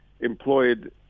employed